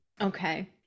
Okay